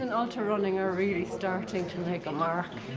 in ultrarunning are really starting to make a mark!